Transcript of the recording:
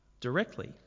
directly